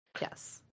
yes